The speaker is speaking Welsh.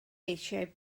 eisiau